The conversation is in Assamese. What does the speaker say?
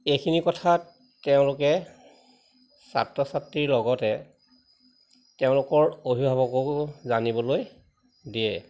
এইখিনি কথাত তেওঁলোকে ছাত্ৰ ছাত্ৰীৰ লগতে তেওঁলোকৰ অভিভাৱকো জানিবলৈ দিয়ে